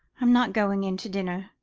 i'm not going into dinner.